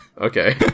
okay